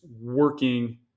working